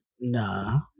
Nah